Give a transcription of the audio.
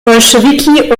bolschewiki